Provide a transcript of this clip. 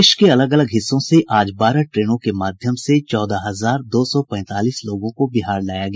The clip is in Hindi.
देश के अलग अलग हिस्सों से आज बारह ट्रेनों के माध्यम से चौदह हजार दो सौ पैंतालीस लोगों को बिहार लाया गया